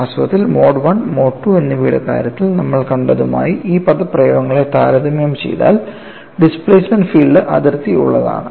വാസ്തവത്തിൽ mode I mode II എന്നിവയുടെ കാര്യത്തിൽ നമ്മൾ കണ്ടതുമായി ഈ പദപ്രയോഗങ്ങളെ താരതമ്യം ചെയ്താൽ ഡിസ്പ്ലേസ്മെൻറ് ഫീൽഡ് അതിർത്തി ഉള്ളതാണ്